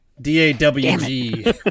D-A-W-G